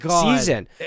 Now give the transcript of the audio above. season